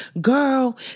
girl